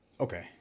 Okay